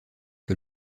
que